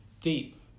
deep